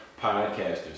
podcasters